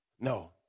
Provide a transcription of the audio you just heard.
No